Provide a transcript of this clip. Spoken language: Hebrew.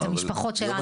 את המשפחות שלנו.